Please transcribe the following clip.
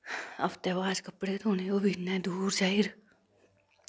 हफ्तै बाच कपड़े धोने ओह्बी इन्नै दूर जाइर